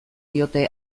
diote